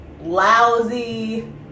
lousy